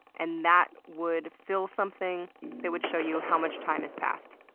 and that would fill something that would show you how much time has passed.